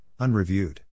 unreviewed